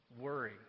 worry